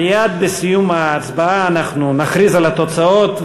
מייד בסיום ההצבעה אנחנו נכריז על התוצאות,